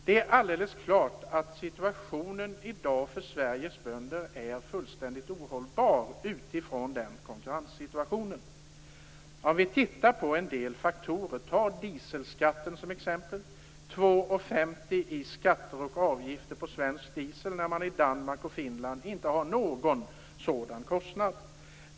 Det är alldeles klart att situationen i dag för Sveriges bönder är fullständigt ohållbar utifrån den konkurrenssituation som råder. Låt oss titta på en del faktorer. Det är 2,50 kr i skatter och avgifter på svensk diesel. I Danmark och Finland har man inte någon sådan kostnad.